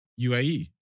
UAE